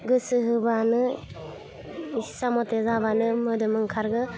गोसो होबानो इस्सा मथे जाबानो मोदोम ओंखारो